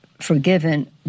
forgiven